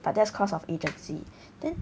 but that's cause of agency then